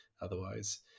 otherwise